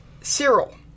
Cyril